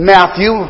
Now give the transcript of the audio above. Matthew